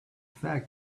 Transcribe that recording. fact